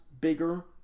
bigger